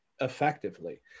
effectively